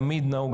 תמיד נהוג,